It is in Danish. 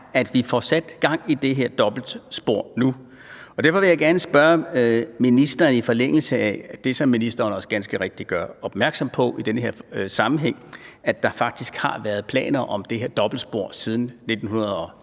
at vi får sat gang i det her dobbeltspor nu. Derfor vil jeg gerne spørge ministeren i forlængelse af det, som ministeren også ganske rigtigt gør opmærksom på i den her sammenhæng, at der faktisk har været planer om det her dobbeltspor siden 1993.